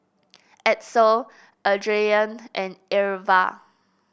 Edsel Adriane and Irva